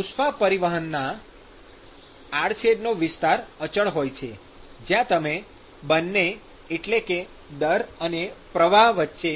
ઉષ્મા પરિવાહનના આડછેદનો વિસ્તાર અચળ હોય છે જ્યાં તમે બંને એટલે કે દર અને પ્રવાહ વચ્ચે